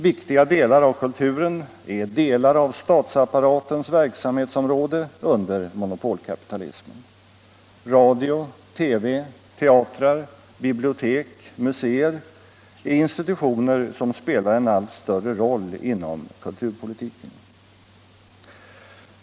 Viktiga delar av kulturen är delar av statsapparatens verksamhetsområde under monopolkapitalismen. Radio. TV, teatrar, bibliotek, museer är institutioner som spelar en allt större roll inom kulturpolitiken.